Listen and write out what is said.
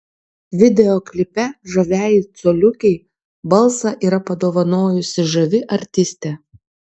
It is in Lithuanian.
video klipe žaviajai coliukei balsą yra padovanojusi žavi artistė